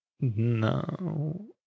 No